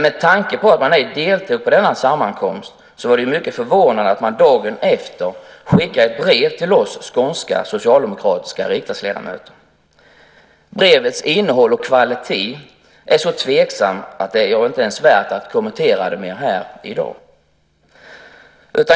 Med tanke på att man ej deltog i denna sammankomst var det mycket förvånande att man dagen efter skickade ett brev till oss skånska socialdemokratiska riksdagsledamöter. Brevets innehåll och kvalitet är så tveksamt att det inte ens är värt att kommentera det mer här i dag.